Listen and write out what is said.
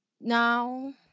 Now